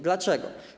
Dlaczego?